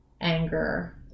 anger